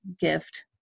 gift